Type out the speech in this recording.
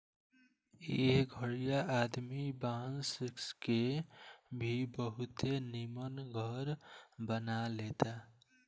एह घरीया आदमी बांस के भी बहुते निमन घर बना लेता